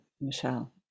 Michelle